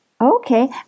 Okay